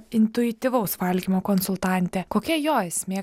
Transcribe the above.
intuityvaus valgymo konsultantė kokia jo esmė